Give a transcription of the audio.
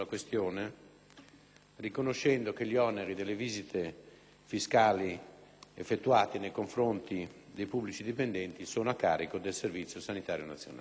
riconoscendo che gli oneri delle visite fiscali effettuate nei confronti dei pubblici dipendenti sono a carico del Servizio sanitario nazionale.